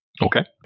Okay